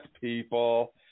people